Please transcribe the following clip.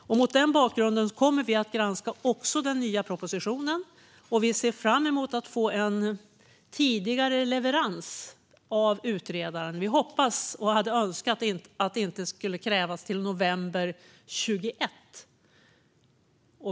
Mot denna bakgrund kommer vi att granska den nya propositionen, och vi ser fram emot att få en tidigare leverans av utredaren. Vi hoppas och hade önskat att det inte skulle krävas till november 2021.